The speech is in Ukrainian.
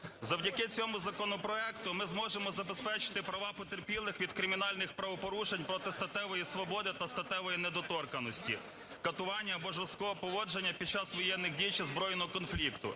Завдяки цьому законопроекту ми зможемо забезпечити права потерпілих від кримінальних правопорушень проти статевої свободи та статевої недоторканості, катувань або жорсткого поводження під час воєнних дій чи збройного конфлікту,